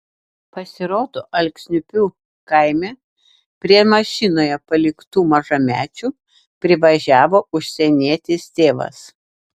pasirodo alksniupių kaime prie mašinoje paliktų mažamečių privažiavo užsienietis tėvas